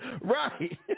right